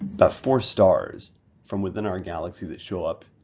but four stars from within our galaxy that show up